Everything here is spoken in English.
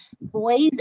boys